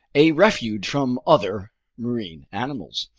a refuge from other marine animals.